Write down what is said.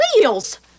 wheels